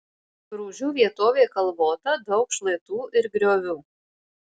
grūžių vietovė kalvota daug šlaitų ir griovių